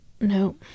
No